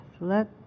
Let